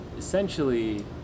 Essentially